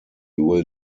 will